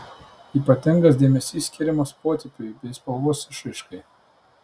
ypatingas dėmesys skiriamas potėpiui bei spalvos išraiškai